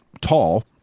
tall